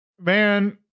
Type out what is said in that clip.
man